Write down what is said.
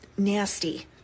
Nasty